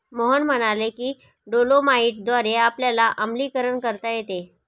मोहन म्हणाले की डोलोमाईटद्वारे आपल्याला आम्लीकरण करता येते